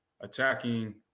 attacking